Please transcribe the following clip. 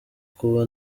kuba